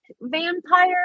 vampire